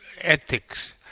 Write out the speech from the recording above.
ethics